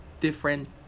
different